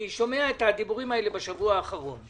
אני שומע את הדיבורים האלה בשבוע האחרון.